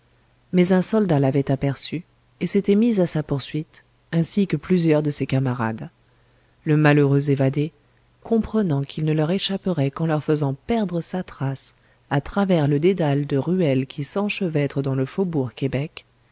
mais un soldat l'avait aperçu et s'était mis à sa poursuite ainsi que plusieurs de ses camarades le malheureux évadé comprenant qu'il ne leur échapperait qu'en leur faisant perdre sa trace à travers le dédale de ruelles qui s'enchevêtrent dans le faubourg québec